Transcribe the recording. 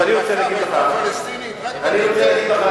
אז אני רוצה להגיד לך, דוד רותם,